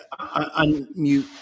unmute